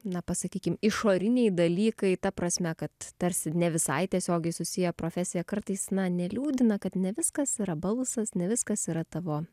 na pasakykim išoriniai dalykai ta prasme kad tarsi ne visai tiesiogiai susije profesija kartais na neliūdina kad ne viskas yra balsas ne viskas yra tavo